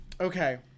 okay